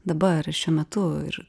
dabar šiuo metu ir